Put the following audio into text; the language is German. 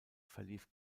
verlief